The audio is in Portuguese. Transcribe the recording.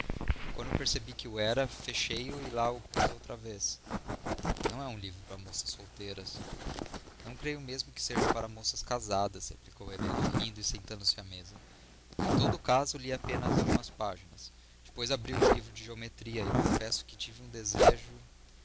quando percebi que o era fechei o e lá o pus outra vez não é livro para moças solteiras não creio mesmo que seja para moças casadas replicou helena rindo e sentandose à mesa em todo o caso li apenas algumas páginas depois abri um livro de geometria e confesso que tive um desejo